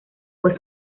pues